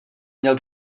měl